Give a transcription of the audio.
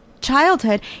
childhood